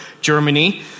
Germany